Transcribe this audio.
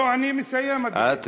לא, אני מסיים, אדוני.